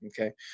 Okay